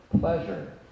pleasure